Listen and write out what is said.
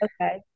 Okay